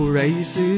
race